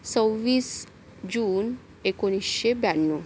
सव्वीस जून एकोणीसशे ब्याण्णव